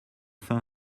fin